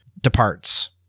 departs